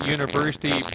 University